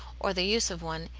or the use of one,